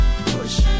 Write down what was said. push